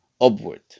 upward